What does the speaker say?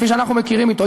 כפי שאנחנו מכירים אותו.